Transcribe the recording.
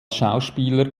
schauspieler